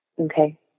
Okay